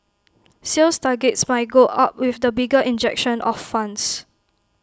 sales targets might go up with the bigger injection of funds